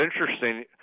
interesting